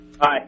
Hi